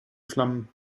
flammen